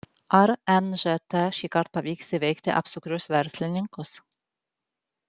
ar nžt šįkart pavyks įveikti apsukrius verslininkus